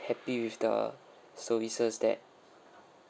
happy with the services that